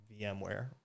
VMware